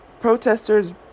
protesters